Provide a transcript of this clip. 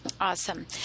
Awesome